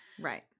right